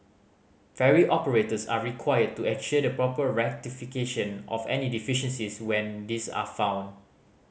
ferry operators are required to ensure the proper rectification of any deficiencies when these are found